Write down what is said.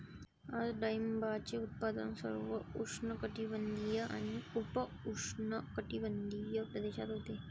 आज डाळिंबाचे उत्पादन सर्व उष्णकटिबंधीय आणि उपउष्णकटिबंधीय प्रदेशात होते